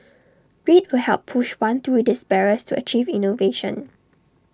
grit will help push one through these barriers to achieve innovation